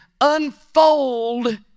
unfold